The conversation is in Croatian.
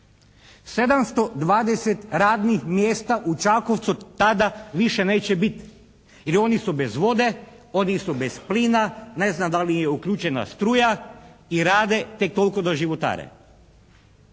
720 radnih mjesta u Čakovcu tada više neće bit jer oni su bez vode, oni su bez plina, ne znam da li im je uključena struja i rade tek toliko da životare.